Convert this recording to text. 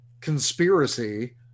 conspiracy